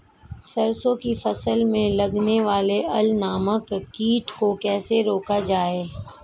सरसों की फसल में लगने वाले अल नामक कीट को कैसे रोका जाए?